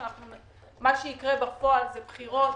אבל מה שיקרה בפועל זה בחירות